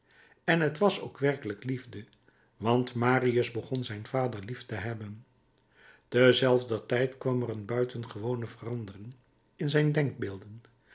en het was ook werkelijk liefde want marius begon zijn vader lief te hebben terzelfder tijd kwam er een buitengewone verandering in zijn denkbeelden